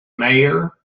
mayor